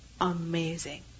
amazing